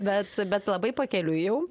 bet bet labai pakeliui jau